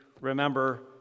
remember